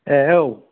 ए ओव